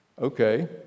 Okay